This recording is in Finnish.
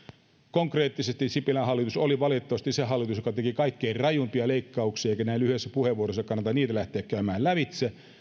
konkreettisesti sipilän hallitus oli valitettavasti se hallitus joka teki kaikkein rajuimpia leikkauksia näin lyhyessä puheenvuorossa ei kannata niitä lähteä käymään lävitse